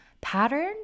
pattern